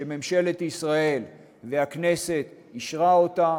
שממשלת ישראל והכנסת אישרו אותה,